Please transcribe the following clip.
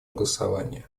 голосование